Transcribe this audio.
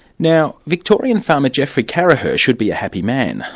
now, victorian farmer geoffrey carracher should be a happy man.